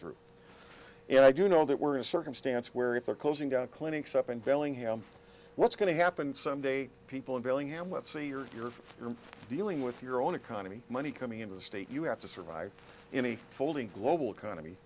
through and i do know that we're in a circumstance where if they're closing down clinics up in bellingham what's going to happen some day people in bellingham let's see your dealing with your own economy money coming into the state you have to survive in a folding global economy